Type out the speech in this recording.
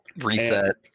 Reset